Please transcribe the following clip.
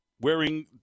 wearing